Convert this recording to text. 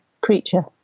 creature